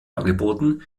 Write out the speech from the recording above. angeboten